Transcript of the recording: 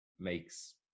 makes